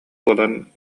буолан